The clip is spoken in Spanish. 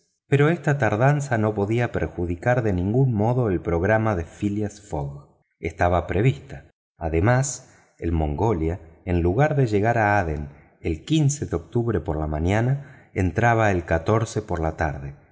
pero esta tardanza no podía perjudicar de ningún modo el programa de phileas fogg estaba prevista además el mongolia en lugar de llegar a adén el de octubre por la mañana entraba el por la tarde